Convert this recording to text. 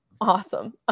awesome